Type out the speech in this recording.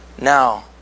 now